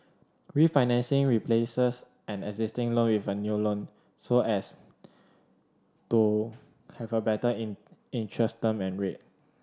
refinancing replaces an existing loan with a new loan so as to have a better interest term and rate